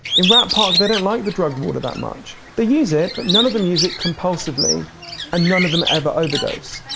in rat park, they don't like the drug water that much. they use it but none of them use it compulsively and none of them ever overdose.